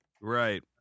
Right